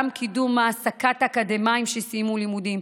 גם קידום העסקת אקדמאים שסיימו לימודים.